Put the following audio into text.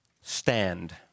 Stand